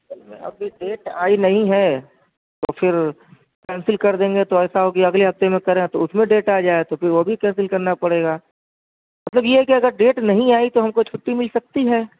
اصل میں ابھی ڈیٹ آئی نہیں ہے تو پھر کینسل کر دیں گے تو ایسا ہو کہ اگلے ہفتے میں کریں تو اس میں ڈیٹ آ جائے تو پھر وہ بھی کینسل کرنا پڑے گا مطلب یہ ہے کہ اگر ڈیٹ نہیں آئی تو ہم کو چھٹی مل سکتی ہے